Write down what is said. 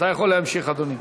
אתה יכול להמשיך, אדוני.